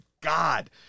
God